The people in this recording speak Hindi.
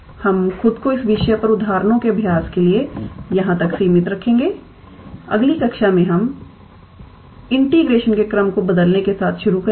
हम खुद को इस विषय पर उदाहरणों के अभ्यास के लिए यहाँ तक सीमित रखेंगे अगली कक्षा में हम इंटीग्रेशन के क्रम को बदलने के साथ शुरू करेंगे